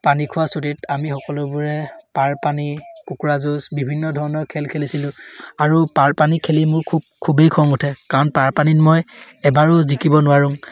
পানী খোৱা চুটিত আমি সকলোবোৰে পাৰপানী কুকুৰা যুঁজ বিভিন্ন ধৰণৰ খেল খেলিছিলোঁ আৰু পাৰ পানী খেলি মোৰ খুব খুবেই খং উঠে কাৰণ পাৰপানীত মই এবাৰো জিকিব নোৱাৰোঁ